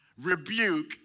rebuke